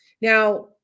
Now